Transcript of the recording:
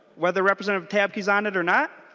whether representative tabke is on it or not.